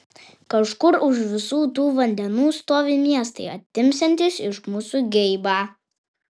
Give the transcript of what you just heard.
kažkur už visų tų vandenų stovi miestai atimsiantys iš mūsų geibą